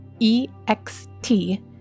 EXT